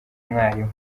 mwarimu